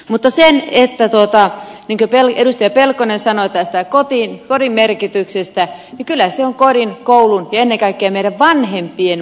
mutta se mitä edustaja pelkonen sanoi tästä kodin merkityksestä niin kyllä se on kodin koulun ja ennen kaikkea meidän vanhempien vastuu